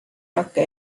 rakke